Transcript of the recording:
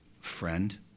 friend